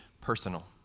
personal